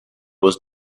was